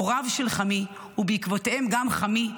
הוריו של חמי ובעקבותיהם גם חמי,